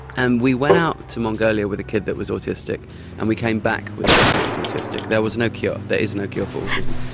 and we went out to mongolia with a kid that was autistic and we came back with a kid that was autistic, there was no cure, there is no cure for autism.